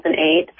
2008